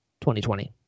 2020